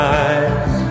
eyes